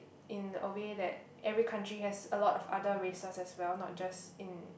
in a way that every country has a lot of other races as well not just in